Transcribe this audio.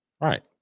Right